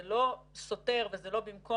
זה לא סותר וזה לא במקום